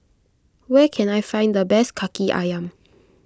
where can I find the best Kaki Ayam